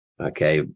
Okay